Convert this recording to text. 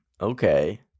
Okay